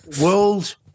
world